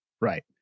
Right